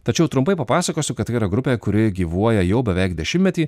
tačiau trumpai papasakosiu kad tai yra grupė kuri gyvuoja jau beveik dešimtmetį